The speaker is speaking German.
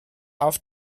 auf